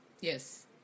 Yes